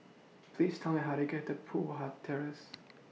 Please Tell Me How to get to Poh Huat Terrace